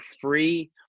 free